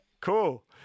Cool